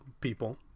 people